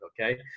okay